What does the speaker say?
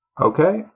Okay